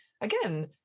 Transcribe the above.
again